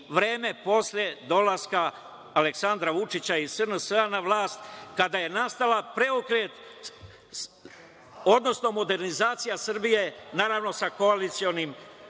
vreme posle dolaska Aleksandra Vučića i SNS na vlast, kada je nastao preokret, odnosno modernizacija Srbije, naravno sa koalicionim